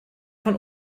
von